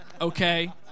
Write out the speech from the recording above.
Okay